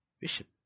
vision